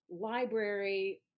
library